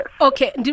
Okay